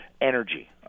energy